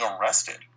arrested